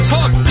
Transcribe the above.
Talk